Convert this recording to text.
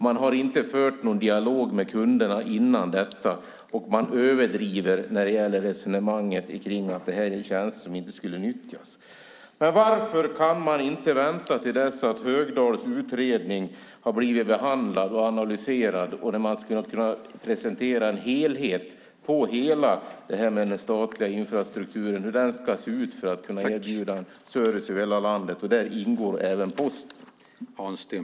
Man har inte fört någon dialog med kunderna, och man överdriver när det gäller resonemanget kring att det här är tjänster som inte skulle nyttjas. Men varför kan man inte vänta till dess att Högdahls utredning har blivit behandlad och analyserad? Då skulle man kunna presentera en helhet när det gäller den statliga infrastrukturen, hur den ska se ut för att man ska kunna erbjuda en service över hela landet - och där ingår även Posten.